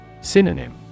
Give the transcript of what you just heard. Synonym